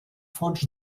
fons